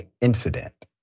incident